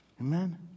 Amen